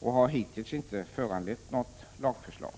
och har hittills inte föranlett något lagförslag.